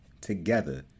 together